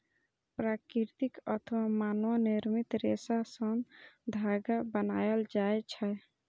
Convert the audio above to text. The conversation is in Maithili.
प्राकृतिक अथवा मानव निर्मित रेशा सं धागा बनायल जाए छै